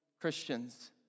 Christians